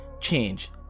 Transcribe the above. Change